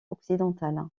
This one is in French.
occidentale